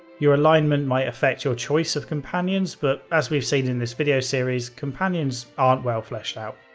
your alignment might affect your choice of companions, but as we've seen in this video series, companions aren't well fleshed out.